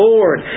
Lord